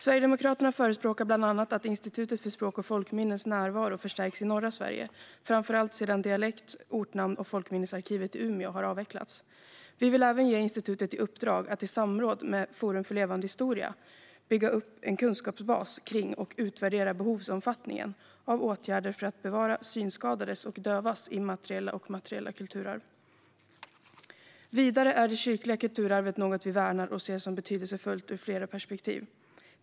Sverigedemokraterna förespråkar bland annat att Institutet för språk och folkminnens närvaro förstärks i norra Sverige, framför allt sedan Dialekt, ortnamns och folkminnesarkivet i Umeå avvecklats. Vi vill även ge institutet i uppdrag att i samråd med Forum för levande historia bygga upp en kunskapsbas om och utvärdera behovsomfattningen av åtgärder för att bevara synskadades och dövas immateriella och materiella kulturarv. Vidare är det kyrkliga kulturarvet något vi värnar och ser som betydelsefullt ur flera perspektiv.